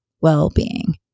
well-being